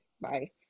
Bye